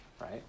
right